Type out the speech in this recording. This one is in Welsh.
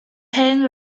hen